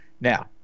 Now